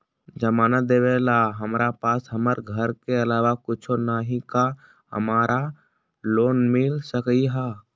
जमानत देवेला हमरा पास हमर घर के अलावा कुछो न ही का हमरा लोन मिल सकई ह?